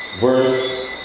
verse